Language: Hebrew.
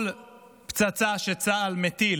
כל פצצה שצה"ל מטיל,